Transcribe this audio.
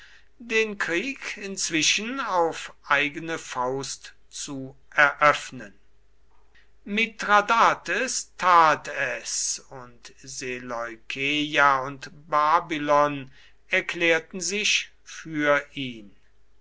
den krieg inzwischen auf eigene faust zu eröffnen mithradates tat es und seleukeia und babylon erklärten sich für ihn